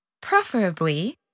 preferably